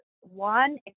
one